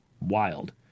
wild